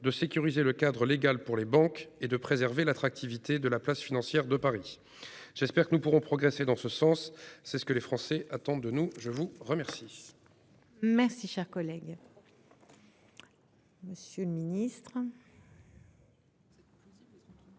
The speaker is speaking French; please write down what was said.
de sécuriser le cadre légal pour les banques et de préserver l'attractivité de la place financière de Paris. J'espère que nous pourrons progresser dans ce sens. C'est ce que les Français attendent de nous. La parole est à M. le ministre délégué.